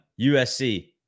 USC